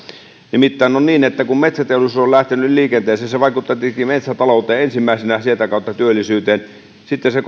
nimittäin on niin että kun metsäteollisuus on lähtenyt liikenteeseen se vaikuttaa tietenkin metsätalouteen ensimmäisenä sieltä kautta työllisyyteen sitten se